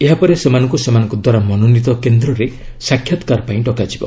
ଏହାପରେ ସେମାନଙ୍କୁ ସେମାନଙ୍କ ଦ୍ୱାରା ମନୋନୀତ କେନ୍ଦ୍ରରେ ସାକ୍ଷାତକାର ପାଇଁ ଡକାଯିବ